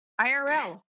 IRL